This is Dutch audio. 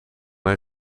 haar